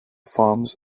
farms